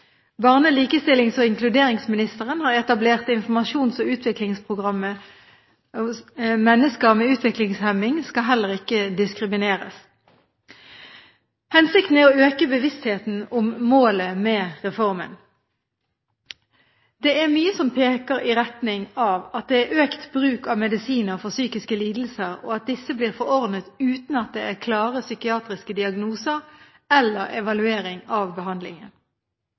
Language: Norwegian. Barne-, likestillings- og inkluderingsministeren har etablert informasjons- og utviklingsprogrammet Mennesker med utviklingshemming skal heller ikke diskrimineres. Hensikten er å øke bevisstheten om målet med reformen. Det er mye som peker i retning av økt bruk av medisiner for psykiske lidelser, og at disse blir forordnet uten at det er klare psykiatriske diagnoser eller evalueringer av behandlingen.